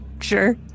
sure